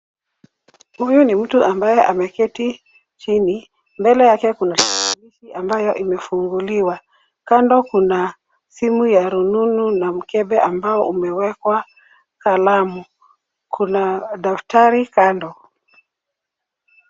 Huyu ni mtu ambaye ameketi chini. Mbele yake kuna tarakilishi ambayo imefunguliwa. Kando kuna simu ya rununu na mkebe ambao umewekwa kalamu. Kuna daftari kando.